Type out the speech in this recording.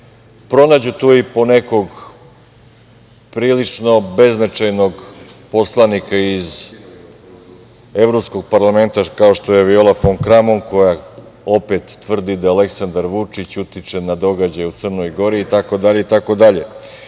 pronađu tu i po nekog prilično beznačajnog poslanika iz Evropskog parlamenta, kao što je Viola fon Kramon, koja opet tvrdi da Aleksandar Vučić utiče na događaje u Crnoj Gori, itd,